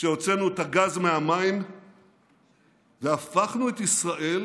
כשהוצאנו את הגז מהמים והפכנו את ישראל